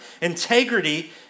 Integrity